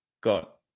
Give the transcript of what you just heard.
got